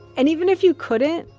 and even if you couldn't,